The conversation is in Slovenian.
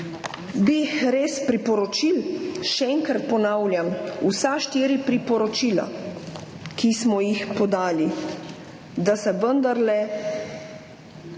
bi res priporočili, še enkrat ponavljam, vsa štiri priporočila, ki smo jih podali, da se vendarle